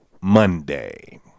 Monday